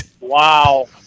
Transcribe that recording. Wow